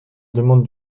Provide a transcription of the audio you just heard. demande